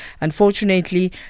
Unfortunately